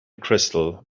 crystal